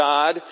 God